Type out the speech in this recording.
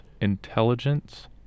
intelligence